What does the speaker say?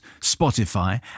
Spotify